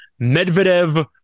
Medvedev